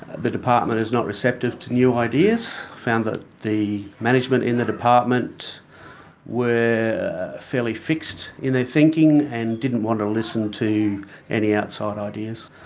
the department is not receptive to new ideas. i found that the management in the department were fairly fixed in their thinking and didn't want to listen to any outside ideas.